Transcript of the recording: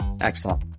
Excellent